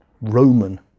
Roman